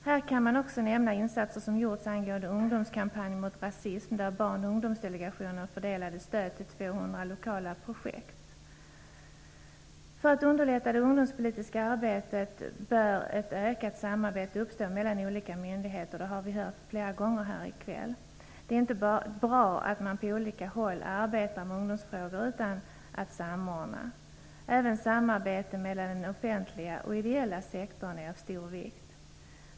Här kan man också nämna insatser som gjorts angående en ungdomskampanj mot rasism, där För att underlätta det ungdomspolitiska arbetet bör ett ökat samarbete uppstå mellan olika myndigheter. Det har vi hört flera gånger här i kväll. Det är inte bra att man på olika håll arbetar med ungdomsfrågor utan att samordna. Även samarbete mellan den offentliga och den ideella sektorn är av stor vikt.